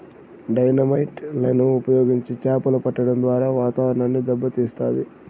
dynamite లను ఉపయోగించి చాపలు పట్టడం ద్వారా వాతావరణాన్ని దెబ్బ తీస్తాయి